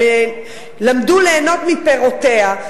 הם למדו ליהנות מפירותיה,